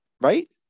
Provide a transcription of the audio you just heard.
right